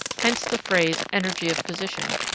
hence the phrase energy of position,